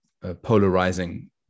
polarizing